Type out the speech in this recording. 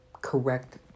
correct